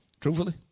Truthfully